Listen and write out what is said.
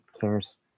cares